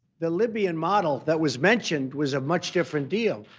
the libyan model that was mentioned was a much different deal.